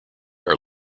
are